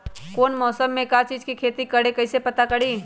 कौन मौसम में का चीज़ के खेती करी कईसे पता करी?